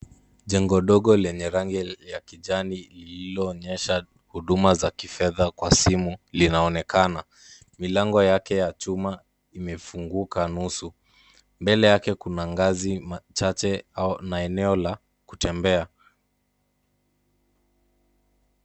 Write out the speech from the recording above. Jengo ndogo lenye rangi ya kijani lililoonyesha huduma za kifedha kwa simu linaonekana. Milango yake ya chuma imefunguka nusu. Mbele yake kuna ngazi machache au maeneo ya kutembea.